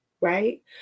Right